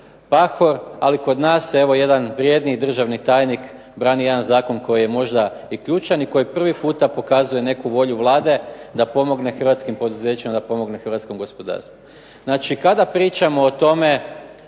ali kod nas evo jedan vrijedni državni tajnik brani jedan zakon koji je možda i ključan i koji prvi puta pokazuje neku volju Vlade da pomogne hrvatskim poduzećima, da pomogne hrvatskom gospodarstvu. Znači, kada pričamo o tome